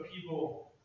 people